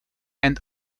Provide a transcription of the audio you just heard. and